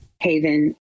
haven